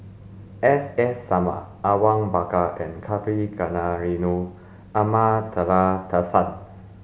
S S Sarma Awang Bakar and Kavignareru Amallathasan